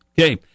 Okay